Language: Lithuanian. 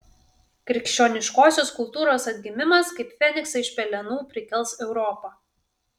krikščioniškosios kultūros atgimimas kaip feniksą iš pelenų prikels europą